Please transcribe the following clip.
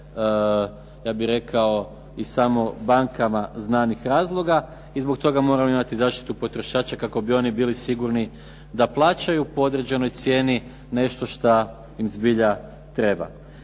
mnoge iz samo bankama znanih razloga i zbog toga moramo imati zaštitu potrošača kako bi oni bili sigurni da plaćaju po određenoj cijeni nešto što im zbilja treba.